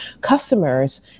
customers